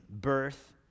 birth